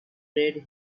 red